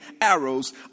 arrows